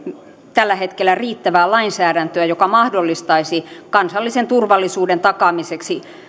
tällä hetkellä riittävää lainsäädäntöä joka mahdollistaisi kansallisen turvallisuuden takaamiseksi